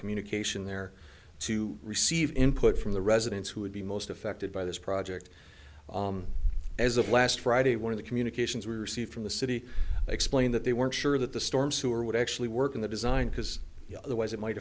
communication there to receive input from the residents who would be most affected by this project as of last friday one of the communications were received from the city explain that they weren't sure that the storm sewer would actually work in the design because otherwise it might